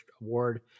award